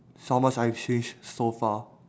how much I've changed so far